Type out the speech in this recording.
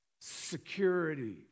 security